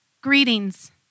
greetings